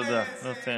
תודה.